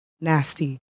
nasty